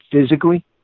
physically